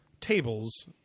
tables